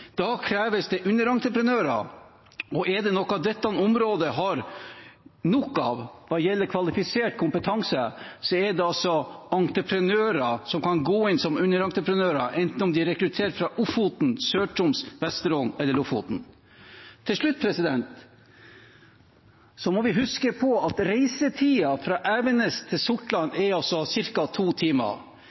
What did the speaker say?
Da kreves det underentreprenører, og er det noe dette området har nok av hva gjelder kvalifisert kompetanse, er det entreprenører som kan gå inn som underentreprenører, enten de er rekruttert fra Ofoten, Sør-Troms, Vesterålen eller Lofoten. Til slutt: Vi må huske på at reisetiden fra Evenes til Sortland er ca. 2 timer.